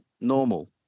normal